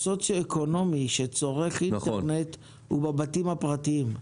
הסוציו אקונומי שצורך אינטרנט הוא בבתים הפרטיים.